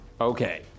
Okay